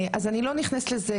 אני לא נכנסת לזה,